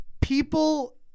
People